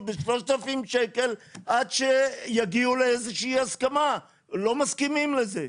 ב-3,000 שקל עד שיגיעו לאיזושהי הסכמה ולא מסכימים לזה.